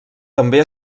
també